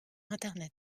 internet